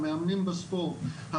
המאמנים בספורט,